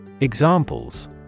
Examples